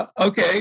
okay